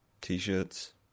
T-shirts